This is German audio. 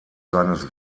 seines